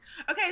okay